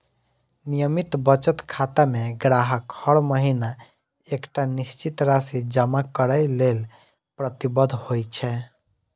नियमित बचत खाता मे ग्राहक हर महीना एकटा निश्चित राशि जमा करै लेल प्रतिबद्ध होइ छै